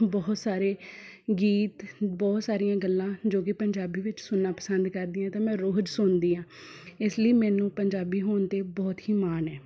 ਬਹੁਤ ਸਾਰੇ ਗੀਤ ਬਹੁਤ ਸਾਰੀਆਂ ਗੱਲਾਂ ਜੋ ਕਿ ਪੰਜਾਬੀ ਵਿੱਚ ਸੁਣਨਾ ਪਸੰਦ ਕਰਦੀ ਹਾਂ ਤਾਂ ਮੈਂ ਰੋਜ਼ ਸੁਣਦੀ ਹਾਂ ਇਸ ਲਈ ਮੈਨੂੰ ਪੰਜਾਬੀ ਹੋਣ ਦੇ ਬਹੁਤ ਹੀ ਮਾਣ ਹੈ